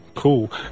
cool